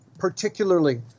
particularly